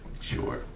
Sure